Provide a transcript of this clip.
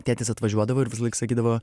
tėtis atvažiuodavo ir visąlaik sakydavo